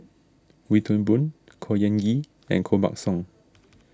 Wee Toon Boon Khor Ean Ghee and Koh Buck Song